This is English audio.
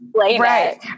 right